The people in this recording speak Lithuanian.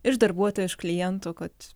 iš darbuotojų iš klientų kad